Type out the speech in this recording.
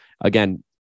again